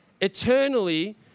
eternally